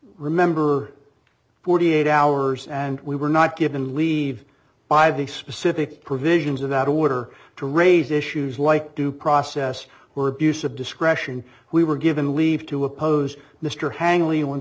remember forty eight hours and we were not given leave by the specific provisions of that order to raise issues like due process or abuse of discretion we were given leave to oppose mr han